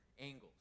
angles